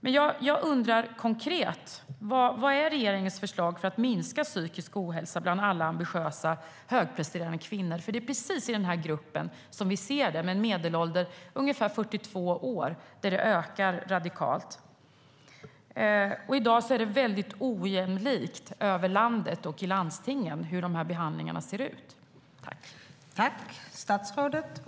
Men jag undrar konkret: Vad är regeringens förslag för att minska psykisk ohälsa bland alla ambitiösa, högpresterande kvinnor? Det är i denna grupp, med en medelålder av ungefär 42 år, som vi ser att det ökar radikalt. I dag är det väldigt ojämlikt över landet och i landstingen hur behandlingarna ser ut.